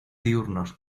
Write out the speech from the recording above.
diurnos